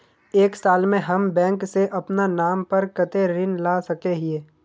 एक साल में हम बैंक से अपना नाम पर कते ऋण ला सके हिय?